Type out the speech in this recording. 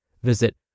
Visit